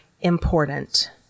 important